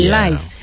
life